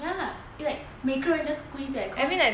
ya like 每个人 just squeeze eh cause